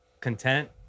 content